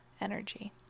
energy